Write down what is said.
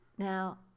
Now